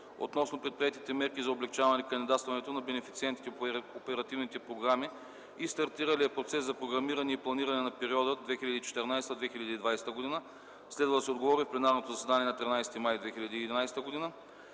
относно предприетите мерки за облекчаване кандидатстването на бенефициентите по оперативните програми и стартиралия процес за програмиране и планиране на периода 2014-2020 г. Следва да се отговори в пленарното заседание на 13 май 2011 г.